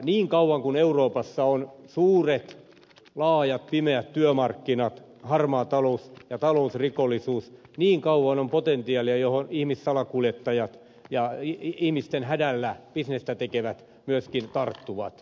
niin kauan kuin euroopassa on suuret laajat pimeät työmarkkinat harmaa talous ja talousrikollisuus niin kauan on potentiaalia johon ihmissalakuljettajat ja ihmisten hädällä bisnestä tekevät myöskin tarttuvat